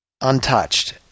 untouched